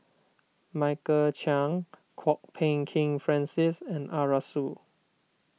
Michael Chiang Kwok Peng Kin Francis and Arasu